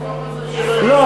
אל תסמוך על זה שלא יגישו.